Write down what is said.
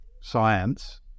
science